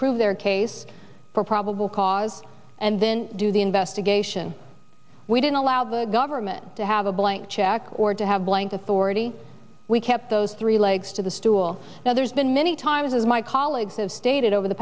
prove their case for probable cause and then do the investigation we didn't allow the government to have a blank check or to have blank to forty we kept those three legs to the stool now there's been many times as my colleagues have stated over the